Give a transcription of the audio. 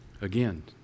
Again